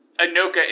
Anoka